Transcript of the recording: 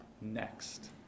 next